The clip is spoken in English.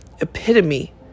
epitome